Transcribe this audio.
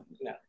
No